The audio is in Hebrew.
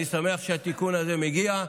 אני שמח שהתיקון הזה מגיע.